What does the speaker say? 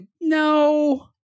no